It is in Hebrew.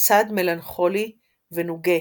צד מלנכולי ונוגה